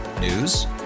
News